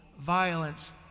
violence